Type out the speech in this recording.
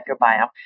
microbiome